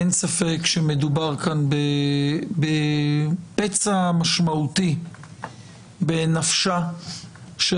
אין ספק שמדובר כאן בפצע משמעותי בנפשה של